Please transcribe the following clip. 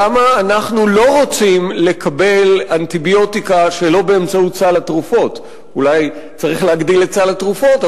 למה אנחנו לא רוצים לקבל אנטיביוטיקה שלא באמצעות סל התרופות.